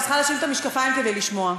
אני צריכה לשים את המשקפיים כדי לשמוע.